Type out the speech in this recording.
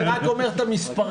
אני רק אומר את המספרים.